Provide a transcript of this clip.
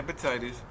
Hepatitis